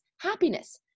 happiness